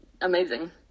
Amazing